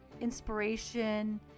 inspiration